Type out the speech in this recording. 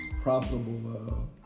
profitable